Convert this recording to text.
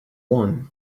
one